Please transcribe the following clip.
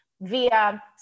via